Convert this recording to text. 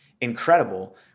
incredible